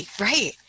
Right